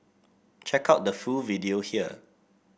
check out the full video here